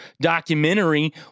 documentary